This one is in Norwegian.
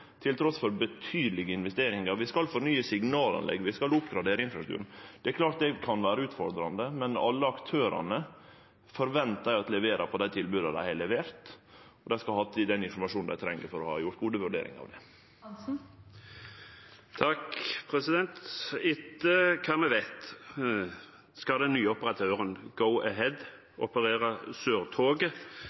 betydelege investeringar. Vi skal få nye signalanlegg, vi skal oppgradere infrastrukturen. Det er klart det kan vere utfordrande, men eg forventar at alle aktørane leverer på dei tilboda dei har levert. Dei skal ha hatt den informasjonen dei treng for å ha gjort gode vurderingar. Etter det